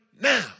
now